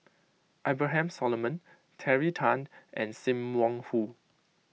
Abraham Solomon Terry Tan and Sim Wong Hoo